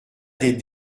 des